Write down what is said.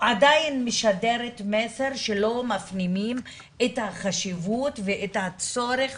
עדיין משדרת מסק שלא מפנימים את החשיבות ואת הצורך